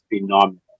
phenomenal